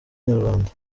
inyarwanda